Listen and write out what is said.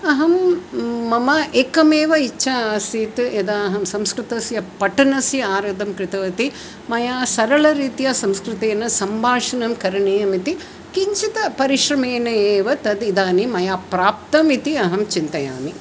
अहं मम एकमेव इच्छा आसीत् यदा अहं संस्कृतस्य पठनस्य आरम्भं कृतवती मया सरलरीत्या संस्कृतेन सम्भाषणं करणीयम् इति किञ्चित् परिश्रमेन एव तद् इदानीं प्राप्तम् इति चिन्तयामि